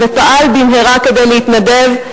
ופעל במהרה כדי להתנדב,